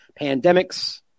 pandemics